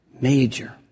major